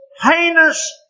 heinous